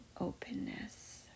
openness